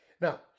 Now